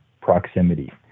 proximity